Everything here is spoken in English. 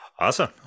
Awesome